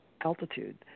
altitude